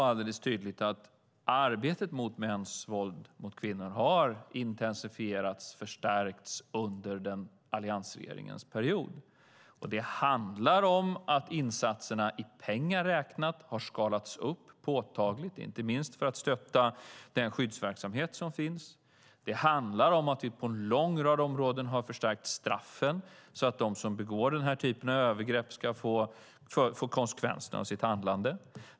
Arbetet mot mäns våld mot kvinnor har intensifierats och förstärkts under alliansregeringens regeringsperiod. Det handlar om att insatserna i pengar räknat har skalats upp påtagligt, inte minst för att stötta skyddsverksamheten. Det handlar om att vi på en lång rad områden har skärpt straffen så att de som begår den typen av övergrepp får ta konsekvenserna att sitt handlande.